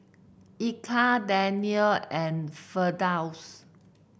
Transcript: Eka Daniel and Firdaus